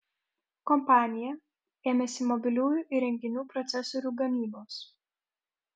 kompanija ėmėsi mobiliųjų įrenginių procesorių gamybos